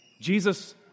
Jesus